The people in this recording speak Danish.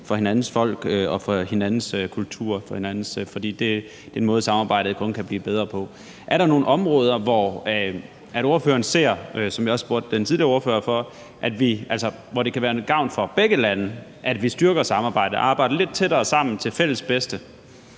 for hinandens folk og for hinandens kulturer, for det er noget, der kun vil gøre samarbejdet bedre. Er der nogen områder, hvor ordføreren ser, som jeg også spurgte den tidligere ordfører om, at det kan være til gavn for begge lande, at vi styrker samarbejdet, arbejder lidt tættere sammen til fælles bedste?